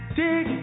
dig